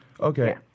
Okay